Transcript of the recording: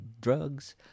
drugs